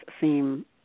seem